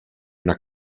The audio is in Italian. una